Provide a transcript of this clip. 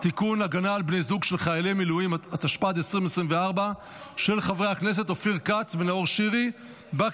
20, אין נגד, אין נמנעים.